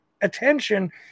attention